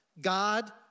God